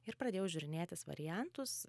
ir pradėjau žiūrinėtis variantus